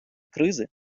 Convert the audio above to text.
кризи